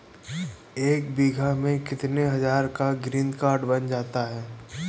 एक बीघा में कितनी हज़ार का ग्रीनकार्ड बन जाता है?